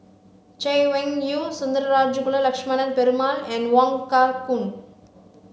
Chay Weng Yew Sundarajulu Lakshmana Perumal and Wong Kah Chun